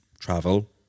travel